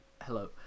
Hello